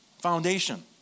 Foundation